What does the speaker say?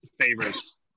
favorites